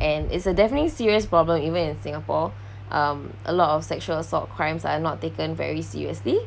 and it's a definitely serious problem even in singapore um a lot of sexual assault crimes are not taken very seriously